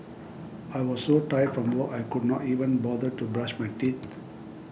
I was so tired from work I could not even bother to brush my teeth